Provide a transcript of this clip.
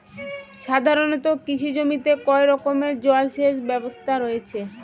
সাধারণত কৃষি জমিতে কয় রকমের জল সেচ ব্যবস্থা রয়েছে?